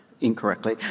incorrectly